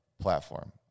platform